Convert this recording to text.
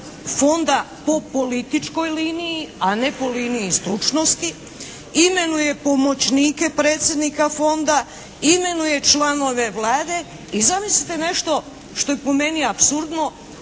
fonda po političkoj liniji, a ne po liniji stručnosti, imenuje pomoćnike predsjednika fonda, imenuje članove Vlade i zamislite nešto što je po meni apsurdno,